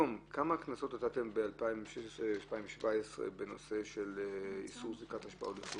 כמה קנסות נתתם ב-2016,2017 בנושא של איסור זריקת אשפה או לכלוך?